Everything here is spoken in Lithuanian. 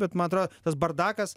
bet ma atro tas bardakas